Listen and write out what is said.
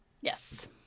Yes